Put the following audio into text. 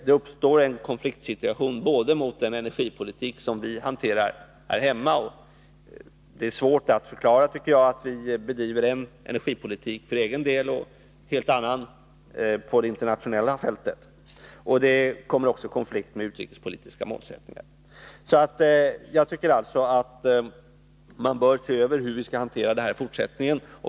Det uppstår en konfliktsituation mot den energipolitik som vi hanterar här hemma. Jag tycker att det är svårt att förklara att vi bedriver en energipolitik för egen del och en annan på det internationella fältet. Det kommer i konflikt med utrikespolitiska målsättningar. Jag tycker alltså att man bör se över hur vi skall hantera detta i fortsättningen.